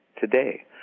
today